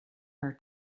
her